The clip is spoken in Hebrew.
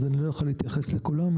אני לא אוכל להתייחס לכולם,